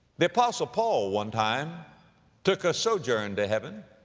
the apostle paul one time took a sojourn to heaven.